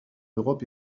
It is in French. europe